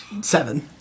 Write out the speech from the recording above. Seven